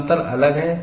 समतल अलग है